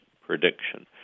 prediction